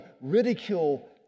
Ridicule